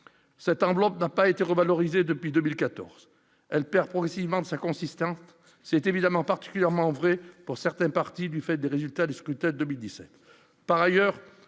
cette enveloppe d'un pas été revalorisée depuis 2014, elle perd progressivement de sa consistance, c'est évidemment particulièrement vrai pour certaines parties du fait des résultats du scrutin 2017, par ailleurs,